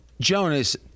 Jonas